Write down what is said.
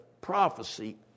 prophecy